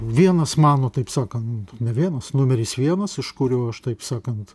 vienas mano taip sakant ne vienas numeris vienas iš kurio aš taip sakant